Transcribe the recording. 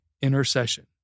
intercession